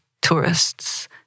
tourists